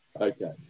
Okay